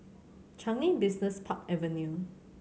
Changi Business Park Avenue